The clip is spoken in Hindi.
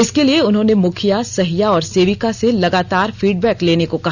इसके लिए उन्होंने मुखिया सहिया और सेविका से लगातार फीडबैक लेने को कहा